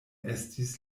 estis